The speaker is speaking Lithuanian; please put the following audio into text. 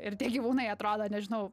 ir tie gyvūnai atrodo nežinau